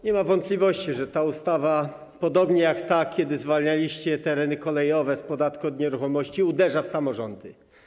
Nie ma wątpliwości, że ta ustawa, podobnie jak ta, w której zwalnialiście tereny kolejowe z podatku od nieruchomości, uderza w samorządy.